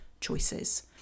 choices